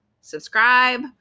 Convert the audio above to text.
subscribe